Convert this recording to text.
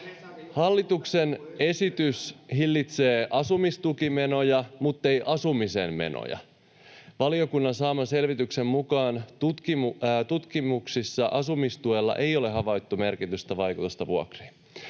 Hallituksen esitys hillitsee asumistukimenoja muttei asumisen menoja. Valiokunnan saaman selvityksen mukaan tutkimuksissa asumistuella ei ole havaittu vaikutusta vuokriin.